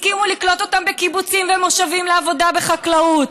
הסכימו לקלוט אותם בקיבוצים ומושבים לעבודה בחקלאות.